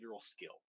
skill